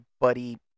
buddy